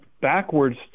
backwards